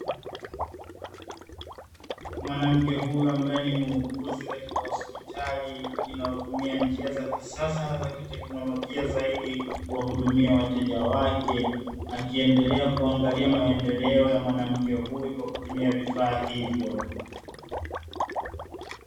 Mwanamke huyu ambaye ni muuguzi katika hospitali inayotumia njia za kisasa na za kiteknolojia zaidi kuwahudumia wateja wake, akiendelea kuangalia maendeleo ya mwanamke huyu kwa kutumia vifaa hivyo.